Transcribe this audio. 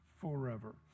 forever